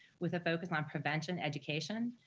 with a focus on prevention education,